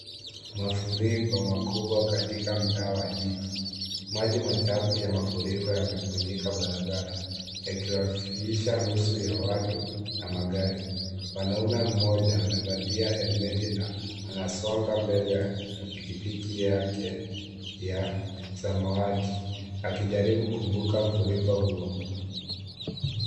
Mafuriko makubwa katika mtaa wa jiji maji machafu ya mafuriko yamefunika barabara yakizamisha nusu ya watu na magari, mwanaume mmoja amevalia helmeti na anasonga mbele na pikipiki yake ya samawati, akijaribu kuvuka furiko huo.